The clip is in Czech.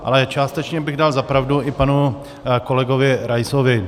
Ale částečně bych dal za pravdu i panu kolegovi Raisovi.